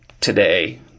today